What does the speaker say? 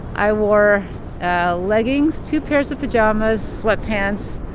i wore leggings, two pairs of pajamas, sweatpants,